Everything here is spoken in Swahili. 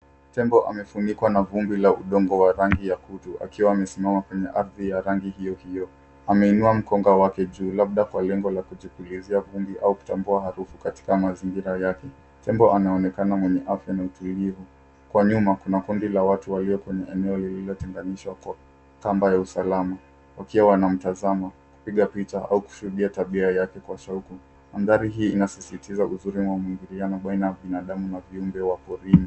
Tembo amefunikwa na vumbi la udongo wa rangi kutu akiwa amesimama kwenye udongo wa rangi hiyo hiyo. Ameinua mkonga wake juu labda kwa lengo kujipulizia vumbi au kutambua harufu katika mazingira yake. Tembo anaonekana mwenye afya na utulivu. Kwa nyuma, kuna kundi la watu eneo lilotenganishwa kwa kamba ya usalama wakiwa wanamtazama kipiga picha, au kushuhudia tabia yake kwa shauku. Mandhari hii inasisitiza uzuri maingiliano baina ya binadamu na viumbe wa porini.